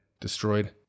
destroyed